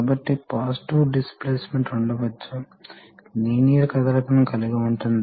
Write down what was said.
కాబట్టి మీరు నిజంగా కోరుకుంటే అది ఖర్చును తగ్గిస్తుంది